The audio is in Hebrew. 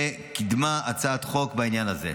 שקידמה הצעת חוק בעניין הזה.